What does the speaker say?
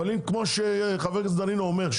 אבל אם כמו שחבר הכנסת דנינו אומר,